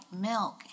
milk